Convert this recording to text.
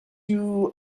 you